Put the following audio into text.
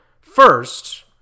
first